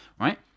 right